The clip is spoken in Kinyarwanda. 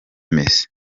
messi